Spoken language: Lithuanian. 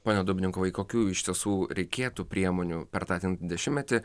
pone dubnikovai kokių iš tiesų reikėtų priemonių per tą ten dešimtmetį